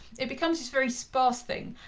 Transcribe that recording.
it becomes this very sparse thing.